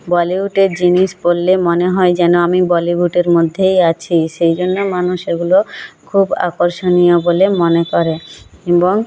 বলিউডের জিনিস পরলে মনে হয় যেন আমি বলিউডের মধ্যেই আছি সেই জন্য মানুষ ওগুলো খুব আকর্ষণীয় বলে মনে করে এবং